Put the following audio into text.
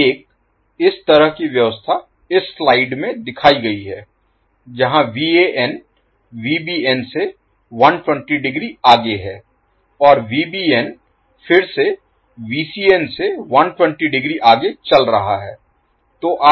तो एक इस तरह की व्यवस्था इस स्लाइड में दिखाई गई है जहाँ से 120 डिग्री आगे है और फिर से से 120 डिग्री आगे चल रहा है